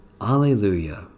Alleluia